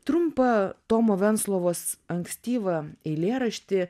trumpą tomo venclovos ankstyvą eilėraštį